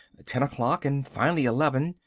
ten o'clock, and finally eleven,